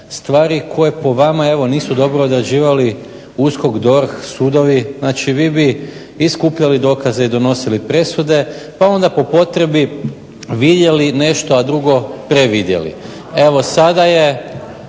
stvari koje po vama evo nisu dobro odrađivali USKOK, DORH, sudovi. Znači vi bi i skupljali dokaze i donosili presude pa onda po potrebi vidjeli nešto, a drugo previdjeli. Evo sada je